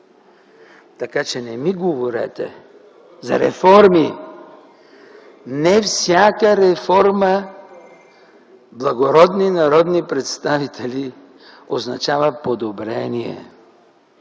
Така че не ми говорете за реформи! Не всяка реформа, благородни народни представители, означава подобрение.